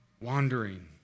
wandering